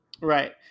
Right